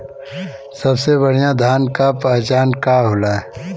सबसे बढ़ियां धान का पहचान का होला?